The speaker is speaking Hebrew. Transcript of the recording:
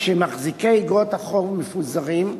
שמחזיקי איגרות החוב מפוזרים,